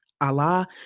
allah